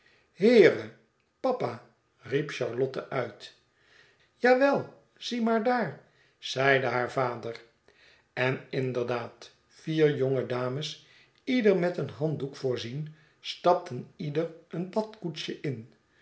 heere papa riep charlotte uit ja wel zie maar daar zeide haar vader en inderdaad vier jonge dames ieder met een handdoek voorzien stapten ieder een badkoetsje in